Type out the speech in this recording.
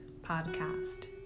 podcast